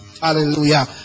Hallelujah